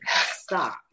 stop